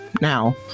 now